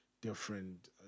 different